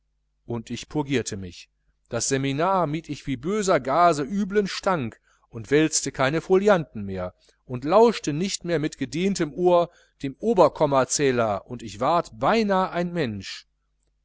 und ich purgierte mich das seminar mied ich wie böser gase üblen stank und wälzte keine folianten mehr und lauschte nicht mehr mit gedehntem ohr dem oberkommazähler und ich ward beinah ein mensch